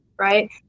right